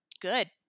Good